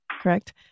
Correct